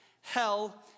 hell